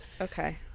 okay